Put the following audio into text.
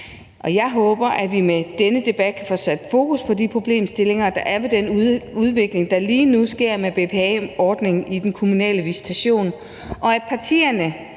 jeg håber, at vi med denne debat kan få sat fokus på de problemstillinger, der er ved den udvikling, der lige nu sker med BPA-ordningen i den kommunale visitation, og at partierne